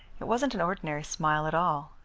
it wasn't an ordinary smile at all.